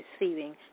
receiving